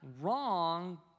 wrong